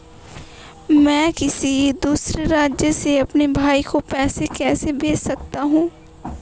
मैं किसी दूसरे राज्य से अपने भाई को पैसे कैसे भेज सकता हूं?